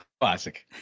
classic